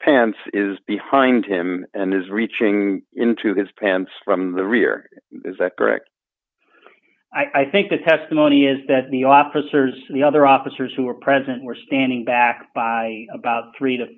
pants is behind him and is reaching into his pants from the rear is that correct i think the testimony is that the officers the other officers who were present were standing back by about three to